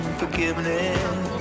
forgiveness